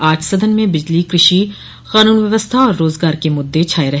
आज सदन में बिजली कृषि कानून व्यवस्था और रोजगार के मुद्दे छाये रहे